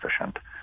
efficient